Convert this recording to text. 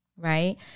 Right